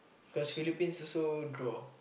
cause Philippines also draw